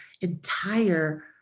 entire